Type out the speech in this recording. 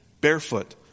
barefoot